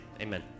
Amen